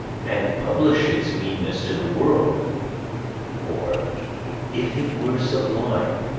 and publish its meanness to the world or if it were sublime,